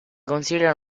consiglio